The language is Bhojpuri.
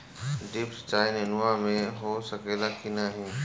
ड्रिप सिंचाई नेनुआ में हो सकेला की नाही?